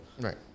Right